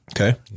Okay